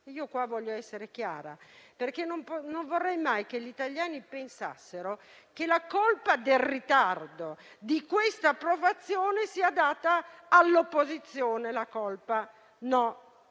Voglio essere chiara perché non vorrei mai che gli italiani pensassero che la colpa del ritardo di questa approvazione sia dato all'opposizione. No, non